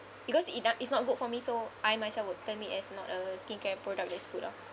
because it's d~ it's not good for me so I myself would term it as not a skincare product that's good lah